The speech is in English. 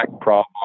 problem